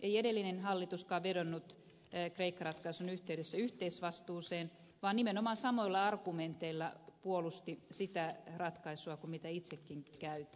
ei edellinen hallituskaan vedonnut kreikka ratkaisun yhteydessä yhteisvastuuseen vaan nimenomaan samoilla argumenteilla puolusti sitä ratkaisua kuin mitä itsekin käytin